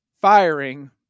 firing